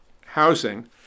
housing